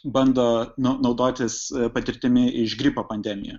bando naudotis patirtimi iš gripo pandemija